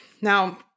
Now